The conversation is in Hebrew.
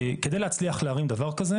על מנת להצליח להרים דבר כזה,